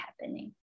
happening